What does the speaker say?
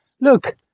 look